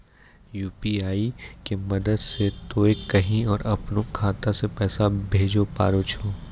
UPI के मदद से तोय कहीं पर अपनो खाता से पैसे भेजै पारै छौ